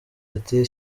ati